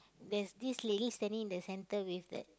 there's this lady standing in the centre with that